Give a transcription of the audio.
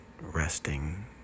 resting